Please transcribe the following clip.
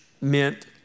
meant